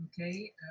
okay